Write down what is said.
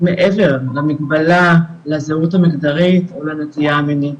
מעבר למגבלה, לזהות המגדרית או לנטייה המינית.